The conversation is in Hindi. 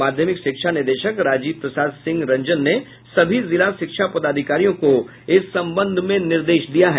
माध्यमिक शिक्षा निदेशक राजीव प्रसाद सिंह रंजन ने सभी जिला शिक्षा पदाधिकारियों को इस संबंध में निर्देश दिया है